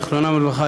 זיכרונם לברכה,